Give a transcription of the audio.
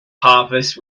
harvest